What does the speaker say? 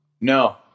No